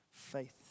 Faith